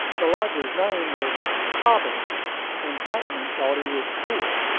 the lodger's name was cobbington and jackman thought he was poor.